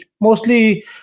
mostly